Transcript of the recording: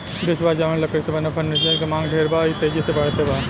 विश्व बजार में लकड़ी से बनल फर्नीचर के मांग ढेर बा आ इ तेजी से बढ़ते बा